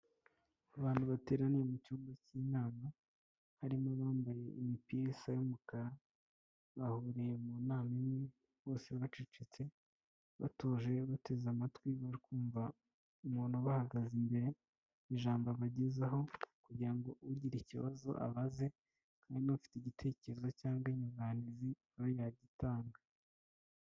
Abantu bateraniye mu cyumba cy'inama, harimo abambaye imipira isa y'umukara, bahuriye mu nama imwe bose bacecetse, batuje bateze amatwi bakumva umuntu bahagaze imbere ijambo abagezaho, kugira ngo ugira ikibazo abaze hamwe n'ufite igitekerezo cyangwa inyuganizi nawe yagitanga.